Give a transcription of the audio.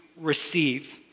receive